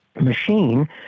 machine